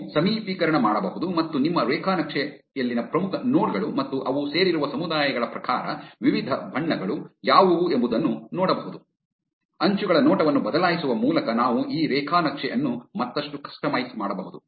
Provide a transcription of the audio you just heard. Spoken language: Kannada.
ನೀವು ಸಮೀಪೀಕರಣ ಮಾಡಬಹುದು ಮತ್ತು ನಿಮ್ಮ ರೇಖಾನಕ್ಷೆಯಲ್ಲಿನ ಪ್ರಮುಖ ನೋಡ್ ಗಳು ಮತ್ತು ಅವು ಸೇರಿರುವ ಸಮುದಾಯಗಳ ಪ್ರಕಾರ ವಿವಿಧ ಬಣ್ಣಗಳು ಯಾವುವು ಎಂಬುದನ್ನು ನೋಡಬಹುದು ಅಂಚುಗಳ ನೋಟವನ್ನು ಬದಲಾಯಿಸುವ ಮೂಲಕ ನಾವು ಈ ರೇಖಾನಕ್ಷೆ ಅನ್ನು ಮತ್ತಷ್ಟು ಕಸ್ಟಮೈಸ್ ಮಾಡಬಹುದು